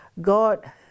God